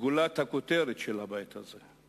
גולת הכותרת של הבית הזה.